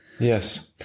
yes